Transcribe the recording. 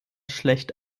schlecht